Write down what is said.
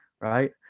Right